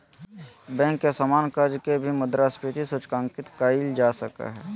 bank के सामान्य कर्ज के भी मुद्रास्फीति सूचकांकित कइल जा सको हइ